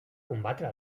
combatre